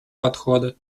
подходы